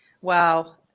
Wow